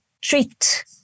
treat